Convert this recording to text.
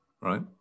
right